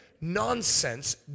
nonsense